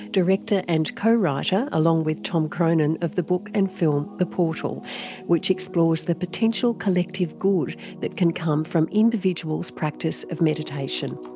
director and co-writer along with tom cronin of the book and film the portal which explores the potential collective good that can come from individual's practice of mediation.